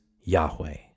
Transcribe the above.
Yahweh